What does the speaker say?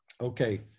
okay